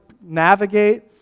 navigate